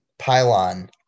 pylon